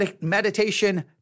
Meditation